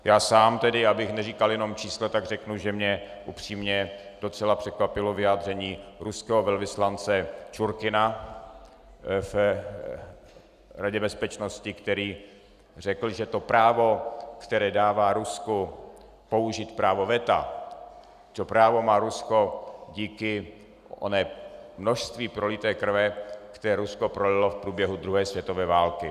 Já sám, abych neříkal jenom čísla, tak řeknu, že mě upřímně docela překvapilo vyjádření ruského velvyslance Čurkina v Radě bezpečnosti, který řekl, že to právo, které dává Rusku použít právo veta, to právo má Rusko díky onomu množství prolité krve, které Rusko prolilo v průběhu druhé světové války.